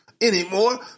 anymore